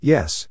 Yes